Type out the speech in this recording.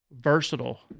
versatile